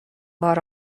بار